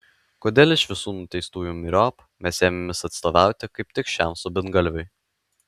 kodėl iš visų nuteistųjų myriop mes ėmėmės atstovauti kaip tik šiam subingalviui